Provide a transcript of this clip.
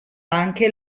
anche